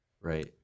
right